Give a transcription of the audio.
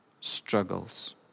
struggles